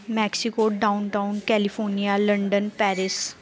Mexico down town California London Paris